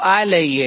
તો આ લઈએ